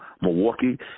Milwaukee